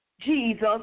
Jesus